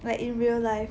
like in real life